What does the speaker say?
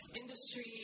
industry